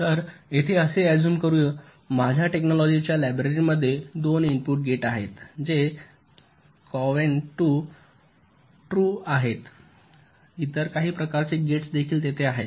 तर येथे असे अझुम करू माझ्या टेक्नोलॉजीाच्या लायब्ररीमध्ये 2 इनपुट गेट आहेत जे कॉवेंट ट्रू आहेत इतर काही प्रकारचे गेट्स देखील तेथे आहेत